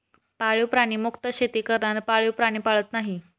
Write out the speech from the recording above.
पाळीव प्राणी मुक्त शेती करणारे पाळीव प्राणी पाळत नाहीत